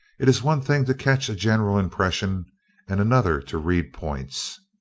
it is one thing to catch a general impression and another to read points.